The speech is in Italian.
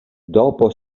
dopo